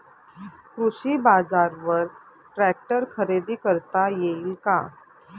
कृषी बाजारवर ट्रॅक्टर खरेदी करता येईल का?